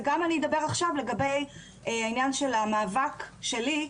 ואני אדבר עכשיו גם לגבי העניין של המאבק שלי,